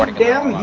and gala